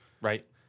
Right